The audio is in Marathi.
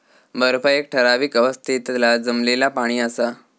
बर्फ एक ठरावीक अवस्थेतला जमलेला पाणि असा